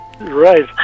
Right